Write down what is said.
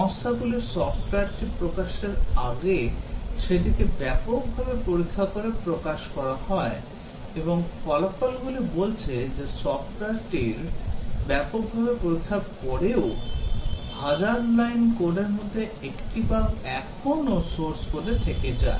সংস্থাগুলি সফ্টওয়্যারটি প্রকাশের আগে সেটিকে ব্যাপকভাবে পরীক্ষা করে প্রকাশ করা হয় এবং ফলাফলগুলি বলছে যে সফ্টওয়্যারটির ব্যাপকভাবে পরীক্ষার পরেও 1000 লাইন কোডের মধ্যে একটি বাগ এখনও সোর্স কোডে থেকে যায়